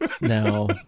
no